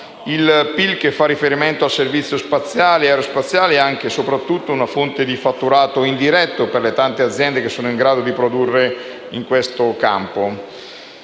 Il PIL che fa riferimento al servizio spaziale ed aerospaziale è anche e soprattutto una fonte di fatturato indiretto per le tante aziende che sono in grado di produrre in questo campo.